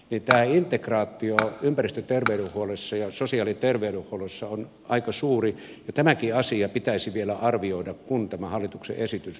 tämä integraatio ympäristöterveydenhuollossa ja sosiaali ja terveydenhuollossa on aika suuri ja tämäkin asia pitäisi vielä arvioida kun tämä hallituksen esitys menee valiokuntakäsittelyyn